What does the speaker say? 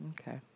Okay